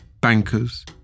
bankers